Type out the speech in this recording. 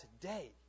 today